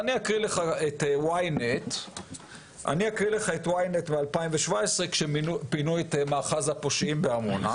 אני אקריא לך את אתר Ynet מ-2017 כשפינו את מאחז הפושעים בעמונה.